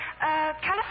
California